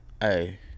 Hey